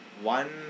one